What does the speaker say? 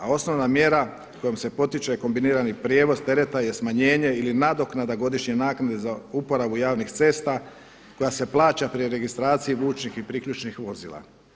A osnova mjera kojom se potiče kombinirani prijevoz tereta je smanjenje ili nadoknada godišnje naknade za uporabu javnih cesta koja se plaća pri registraciji vučnih i priključnih vozila.